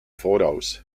voraus